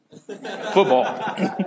football